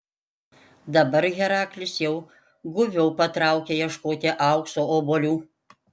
dabar heraklis jau guviau patraukė ieškoti aukso obuolių